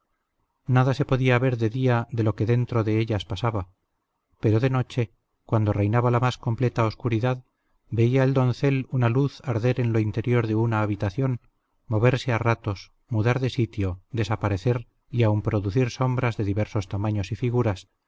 nada se podía ver de día de lo que dentro de ellas pasaba pero de noche cuando reinaba la más completa oscuridad veía el doncel una luz arder en lo interior de una habitación moverse a ratos mudar de sitio desaparecer y aun producir sombras de diversos tamaños y figuras